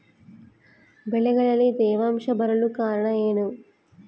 ಬೆಳೆಗಳಲ್ಲಿ ತೇವಾಂಶ ಬರಲು ಕಾರಣ ಏನು?